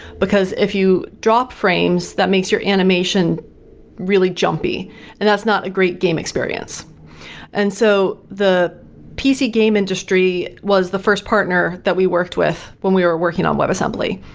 because if you drop frames, that makes your animation really jumpy and that's not a great game experience and so the pc game industry was the first partner that we worked with when we were working on web assembly.